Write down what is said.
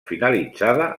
finalitzada